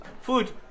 Food